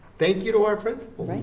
thank you to our principals. right?